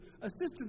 assistance